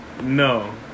No